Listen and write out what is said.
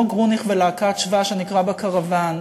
גרוניך ולהקת "שבא" שנקרא "בקרוון".